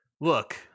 look